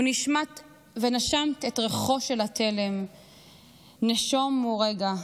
// ונשמת את ריחו של התלם נשום ורגוע